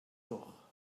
doch